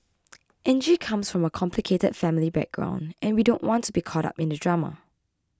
Angie comes from a complicated family background and we don't want to be caught up in the drama